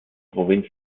provinz